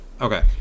okay